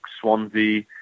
Swansea